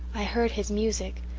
i heard his music,